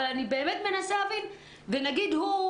אבל אני מנסה להבין למשל הוא,